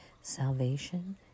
Salvation